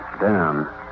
down